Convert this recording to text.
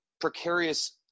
precarious